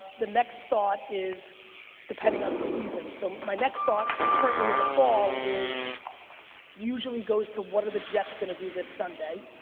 the next thought is depending on the season. so my next thought, currently in the fall, usually goes to, what are the jets gonna do this sunday?